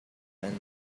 and